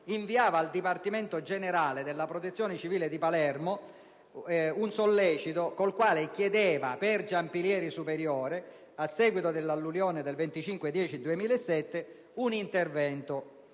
inviava al Dipartimento generale della protezione civile di Palermo un sollecito con il quale chiedeva per Giampilieri Superiore, a seguito dell'alluvione del 25 ottobre 2007, un intervento.